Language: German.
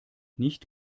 nicht